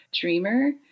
dreamer